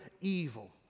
evil